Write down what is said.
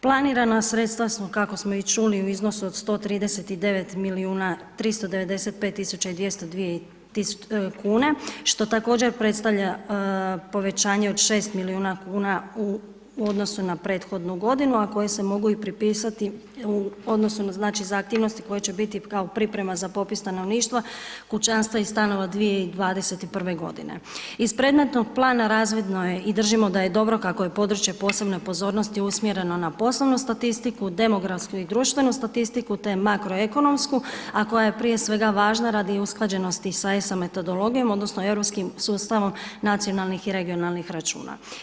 Planirana sredstva smo, kako smo i čuli, u iznosu od 139 milijuna 395 tisuća i 202 kune, što također predstavlja povećanje od 6 milijuna kuna u odnosu na prethodnu godinu, a koje se mogu i pripisati u, odnosno naznačiti za aktivnosti koje će biti kao priprema za popis stanovništva, kućanstva i stanova 2021.g. Iz predmetnog plana razvidno je i držimo da je dobro kako je područje posebne pozornosti usmjereno na poslovnu statistiku, demografsku i društvenu statistiku, te makroekonomsku, a koja je prije svega važna radi usklađenosti sa ESA metodologijom odnosno europskim sustavom nacionalnih i regionalnih računa.